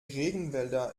regenwälder